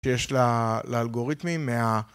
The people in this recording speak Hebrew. שיש לאלגוריתמים מה...